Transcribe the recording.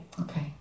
Okay